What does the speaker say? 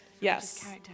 Yes